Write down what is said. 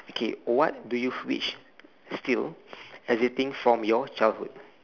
okay what do you wish still existing from your childhood